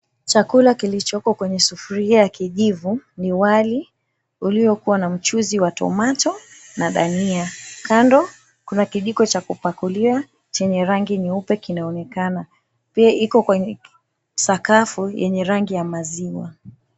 Chakula kilichoko kwenye sufuria ya kijivu, ni wali uliokuwa na mchuzi wa tomato, na dhania. Kando kuna kijiko cha kupakulia, chenye rangi nyeupe kinaonekana. Pia iko kwenye sakafu, yenye rangi ya maziwa.